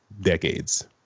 decades